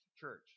church